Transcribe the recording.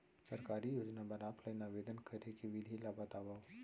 सरकारी योजना बर ऑफलाइन आवेदन करे के विधि ला बतावव